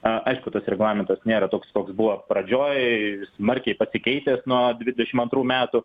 aišku tas reglamentas nėra toks koks buvo pradžioj smarkiai pasikeitęs nuo dvidešim antrų metų